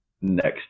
next